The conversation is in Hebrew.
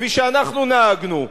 כפי שאנחנו נהגנו,